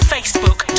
Facebook